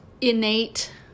innate